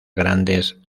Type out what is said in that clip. grandes